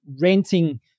renting